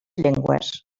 llengües